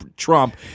Trump